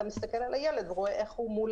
אתה מסתכל על הילד ורואה איך הוא מול